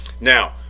Now